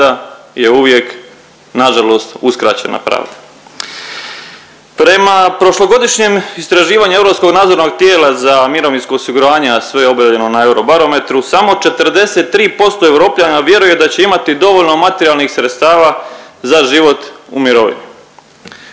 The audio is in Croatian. je uvijek nažalost uskraćena pravda. Prema prošlogodišnjem istraživanju Europskog nadzornog tijela za mirovinsko osiguranje, a sve je objavljeno na Euro barometru, samo 43% Europljana vjeruje da će imati dovoljno materijalnih sredstava za život u mirovini,